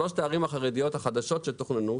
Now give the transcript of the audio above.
שלושת הערים החרדיות החדשות שתוכננו,